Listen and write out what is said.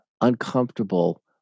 uncomfortable